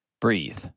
Breathe